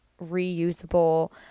reusable